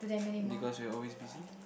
because we are always busy